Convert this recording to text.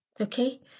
okay